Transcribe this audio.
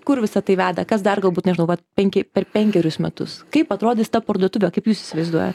kur visa tai veda kas dar galbūt nežinau vat penki per penkerius metus kaip atrodys ta parduotuvė kaip jūs įsivaizduojat